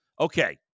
okay